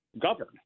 govern